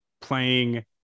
playing